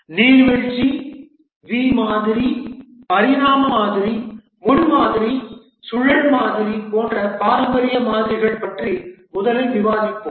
நீர்வீழ்ச்சி வி மாதிரி பரிணாம வளர்ச்சி முன்மாதிரி சுழல் மாதிரி போன்ற பாரம்பரிய மாதிரிகள் பற்றி முதலில் விவாதிப்போம்